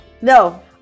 no